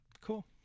Cool